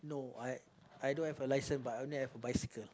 no I I don't have a license but I only have a bicycle